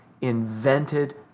invented